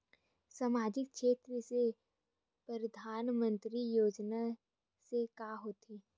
सामजिक क्षेत्र से परधानमंतरी योजना से का होथे?